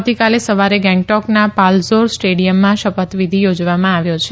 આવતીકાલે સવારે ગંગટોકના પાલઝોર સ્ટેડીયમમાં શપથવિધિ યોજવામાં આવ્યો છે